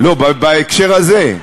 בהקשר הזה.